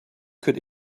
could